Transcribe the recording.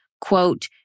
quote